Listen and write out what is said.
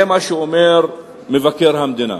זה מה שאומר מבקר המדינה.